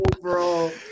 bro